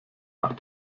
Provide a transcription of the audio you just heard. nach